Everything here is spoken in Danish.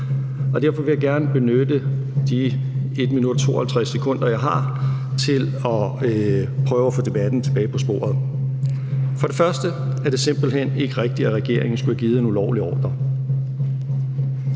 Derfor vil jeg gerne benytte de 1 minut og 52 sekunder, jeg har, til at prøve at få debatten tilbage på sporet. For det første er det simpelt hen ikke rigtigt, at regeringen skulle have givet en ulovlig ordre.